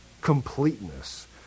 completeness